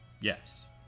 yes